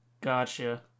Gotcha